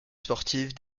sportive